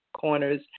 corners